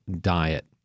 diet